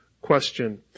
question